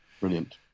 brilliant